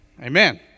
amen